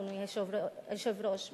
אדוני היושב-ראש,